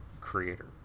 creator